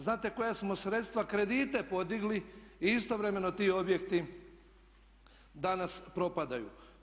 Znate koja smo sredstva, kredite podigli i istovremeno ti objekti danas propadaju?